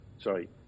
Sorry